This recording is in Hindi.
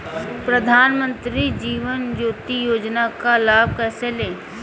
प्रधानमंत्री जीवन ज्योति योजना का लाभ कैसे लें?